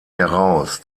heraus